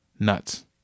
Nuts